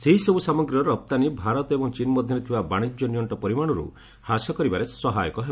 ଏହିସବୁ ସାମଗ୍ରୀର ରପ୍ତାନୀ ଭାରତ ଓ ଚୀନ ମଧ୍ୟରେ ଥିବା ବାଣିଜ୍ୟ ନିଅକ୍କ ପରିମାଣରୁ ହ୍ରାସ କରିବାରେ ସହାୟକ ହେବ